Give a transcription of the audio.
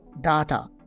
data